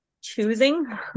choosing